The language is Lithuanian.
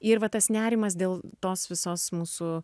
ir va tas nerimas dėl tos visos mūsų